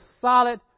solid